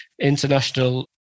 international